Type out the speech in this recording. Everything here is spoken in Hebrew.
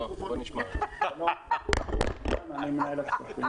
אני מנהל הכספים